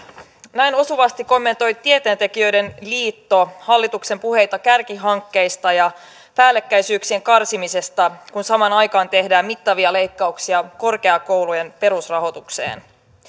näin osuvasti kommentoi tieteentekijöiden liitto hallituksen puheita kärkihankkeista ja päällekkäisyyksien karsimisesta kun samaan aikaan tehdään mittavia leikkauksia korkeakoulujen perusrahoitukseen